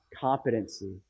competency